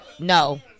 No